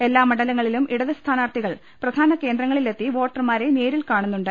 എല്ലാ മണ്ഡലങ്ങളിലും ഇടത് സ്ഥാനാർഥികൾ പ്രധാനകേന്ദ്ര ങ്ങളിലെത്തി വോട്ടർമാരെ നേരിൽ കാണുന്നുണ്ട്